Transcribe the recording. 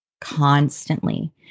constantly